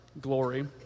glory